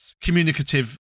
communicative